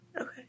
Okay